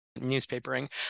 newspapering